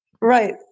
Right